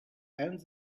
and